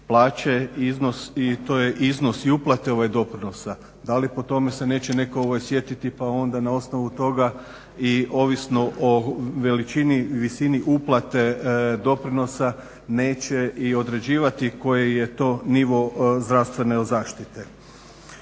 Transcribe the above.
plaće iznos, i to je iznos i uplate doprinosa, da li po tome se neće netko sjetiti pa onda na osnovu toga i ovisno o veličini, visini uplate doprinosa neće i određivati koji je to nivo zdravstvene zaštite.